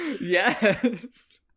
Yes